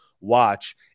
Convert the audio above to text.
watch